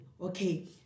Okay